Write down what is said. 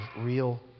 real